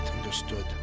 understood